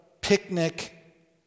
picnic